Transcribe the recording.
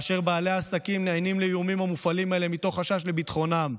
ובעלי עסקים נענים לאיומים המופעלים עליהם מתוך חשש לביטחונם.